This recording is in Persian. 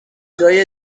جای